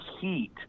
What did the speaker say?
heat